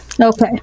Okay